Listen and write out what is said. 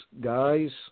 guys